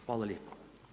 Hvala lijepo.